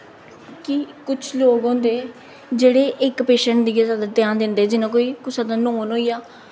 कि कुछ लोक होंदे जेह्ड़े इक पेशैंट गी गै जादा ध्यान दिंदे जियां कोई कुसै दा नौन होई गेआ